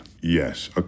Yes